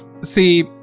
see